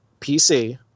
PC